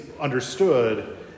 understood